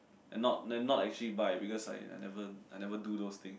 and not then not actually buy because I I never I never do those things